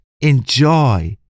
enjoy